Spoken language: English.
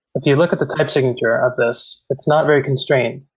if you look at the type signature of this, it's not very constraint.